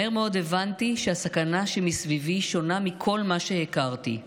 מהר מאוד הבנתי שהסכנה שמסביבי שונה מכל מה שהכרתי,